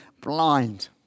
blind